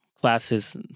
classes